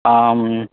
ಹಾಂ